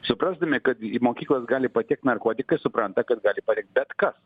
suprasdami kad į mokyklas gali patekti narkotikai supranta kad gali bet kas